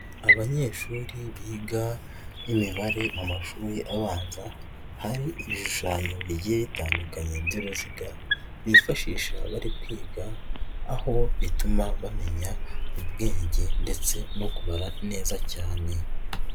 Abanyeshuri biga imibare mu mashuri abanza, hari ibishushanyo bigiye bitandukanye by'uruziga, bifashisha bari kwiga, aho bituma bamenya ubwenge ndetse no kubara neza cyane.